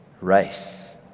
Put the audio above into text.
race